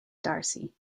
darcy